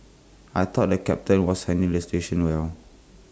I thought the captain was handling the situation well